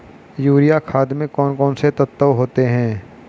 Urea खाद में कौन कौन से तत्व होते हैं?